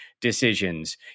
decisions